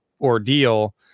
ordeal